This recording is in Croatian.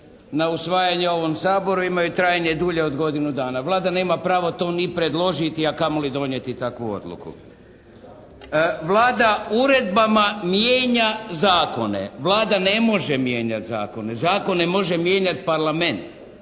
na usvajanje ovom Saboru imaju trajanje dulje od godinu dana. Vlada nema pravo ni predložiti a kamoli donijeti takvu odluku. Vlada uredbama mijenja zakone. Vlada ne može mijenjati zakone. Zakone može mijenjati Parlament.